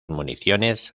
municiones